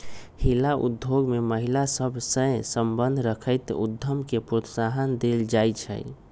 हिला उद्योग में महिला सभ सए संबंध रखैत उद्यम के प्रोत्साहन देल जाइ छइ